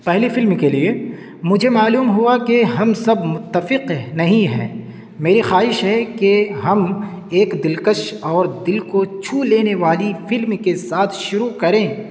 پہلی فلم کے لیے مجھے معلوم ہوا کہ ہم سب متفق نہیں ہیں میری خواہش ہے کہ ہم ایک دلکش اور دل کو چھو لینے والی فلم کے ساتھ شروع کریں